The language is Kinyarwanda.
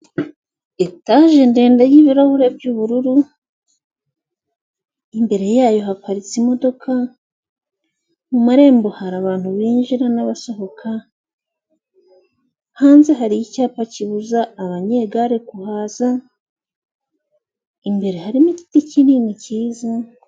Itaje ndende y'ibirahure by'ubururu, imbere yayo haparitse imodoka, mu marembo hari abantu binjira n'abasohoka, hanze hari icyapa kibuza abanyegare kuhaza, imbere harimo igiti kinini kiza.